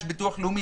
יש ביטוח לאומי,